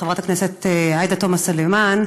חברת הכנסת עאידה תומא סלימאן.